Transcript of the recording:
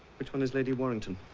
which one is lady warrington?